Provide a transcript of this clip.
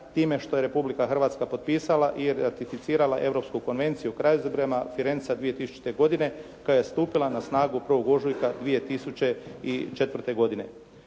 time što je Republika Hrvatska potpisala i ratificirala Europsku konvenciju o krajobrazima Firenca 2000. godine koja je stupila na snagu 1. ožujka 2004. godine.